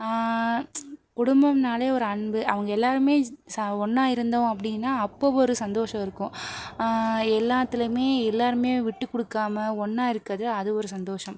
குடும்பம்னால் ஒரு அன்பு அவங்க எல்லாருமே சா ஒன்றா இருந்தோம் அப்படின்னா அப்போது ஒரு சந்தோஷம் இருக்கும் எல்லாத்துலையுமே எல்லாருமே விட்டுக் கொடுக்காம ஒன்றா இருக்கிறது அது ஒரு சந்தோஷம்